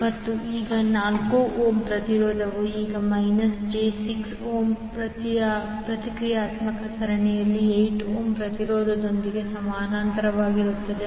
ಮತ್ತು ಈ 4 ಓಮ್ ಪ್ರತಿರೋಧವು ಈಗ ಮೈನಸ್ j6 ಓಮ್ ಪ್ರತಿಕ್ರಿಯಾತ್ಮಕದೊಂದಿಗೆ ಸರಣಿಯಲ್ಲಿ 8 ಓಮ್ ಪ್ರತಿರೋಧದೊಂದಿಗೆ ಸಮಾನಾಂತರವಾಗಿರುತ್ತದೆ